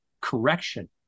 correction